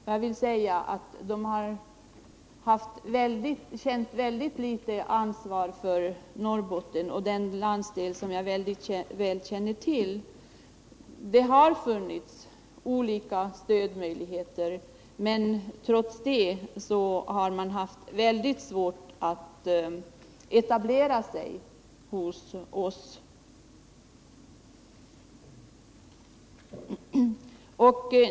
De privata företagen har känt ytterst litet ansvar för Norrbotten, en landsdel som jag väl känner till. Det har funnits olika möjligheter till stöd, men trots det har man haft väldigt svårt för att etablera sig hos oss.